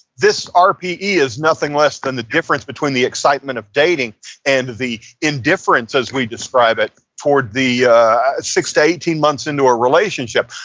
this rpe is nothing less than the difference between the excitement of dating and the indifference, as we describe it, towards the six eighteen months into a relationship.